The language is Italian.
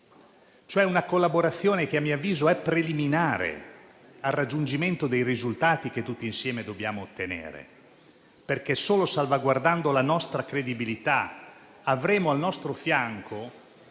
cioè a una collaborazione che - a mio avviso - è preliminare al raggiungimento dei risultati che tutti insieme dobbiamo ottenere, perché solo salvaguardando la nostra credibilità avremo al nostro fianco